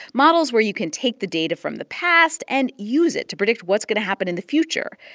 models where you can take the data from the past and use it to predict what's going to happen in the future.